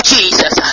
Jesus